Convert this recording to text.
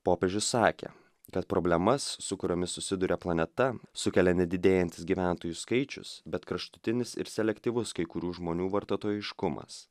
popiežius sakė kad problemas su kuriomis susiduria planeta sukelia ne didėjantis gyventojų skaičius bet kraštutinis ir selektyvus kai kurių žmonių vartotojiškumas